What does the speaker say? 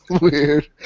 Weird